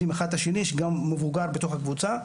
יש גם מבוגר בתוך הקבוצה.